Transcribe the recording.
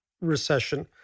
recession